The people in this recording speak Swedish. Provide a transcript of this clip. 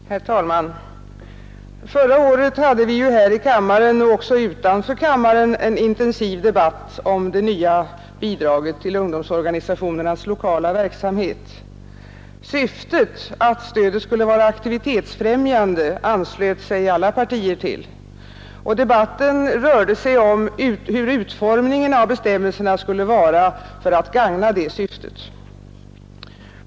Herr talman! Förra året hade vi här i kammaren — och också utanför kammaren — en livlig debatt om det nya bidraget till ungdomsorganisa tionernas lokala verksamhet. Syftet, att stödet skulle vara aktivitetsfrämjande, anslöt sig alla partier till, och debatten rörde sig om hur utformningen av bestämmelserna skulle vara för att gagna detta syfte.